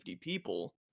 people